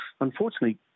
unfortunately